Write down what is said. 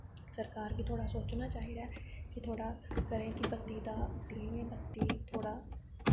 सरकार गी थोह्ड़ा सोचना चाहिदा ऐ कि थोह्ड़ा घरें गी बत्ती दा देन बत्ती थोह्ड़ा